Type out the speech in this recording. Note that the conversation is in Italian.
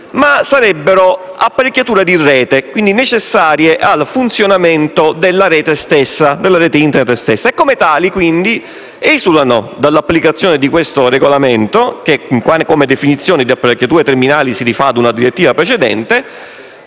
ma sarebbero apparecchiature di rete, quindi necessarie al funzionamento della rete Internet stessa. Essi quindi, come tali, esulano dall'applicazione di questo regolamento, che per la definizione delle apparecchiature terminali si rifà a una direttiva precedente;